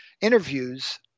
interviews